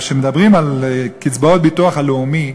כשמדברים על קצבאות הביטוח הלאומי,